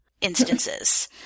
instances